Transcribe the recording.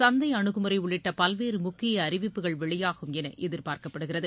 சந்தை அணுகுமுறை உள்ளிட்ட பல்வேறு முக்கிய அறிவிப்புகள் வெளியாகும் என எதிபார்க்கப்படுகிறது